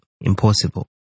impossible